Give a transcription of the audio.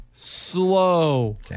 Slow